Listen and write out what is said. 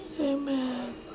Amen